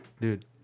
dude